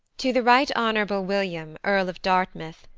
to the right honourable william, earl of dartmouth,